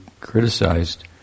criticized